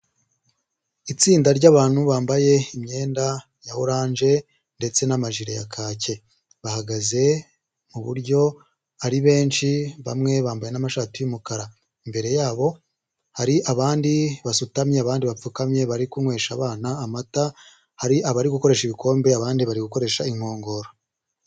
Itsinda ryabantu bambaye imyenda ya orange ndetse n'amajire ya kake, bahagaze mu buryo ari benshi bamwe bambaye n'amashati y'umukara, imbere yabo hari abandi basutamye abandi bapfukamye bari kunywesha abana amata, hari abari gukoresha ibikombe abandi bari gukoresha inkongoro.